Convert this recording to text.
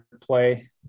play